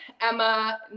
Emma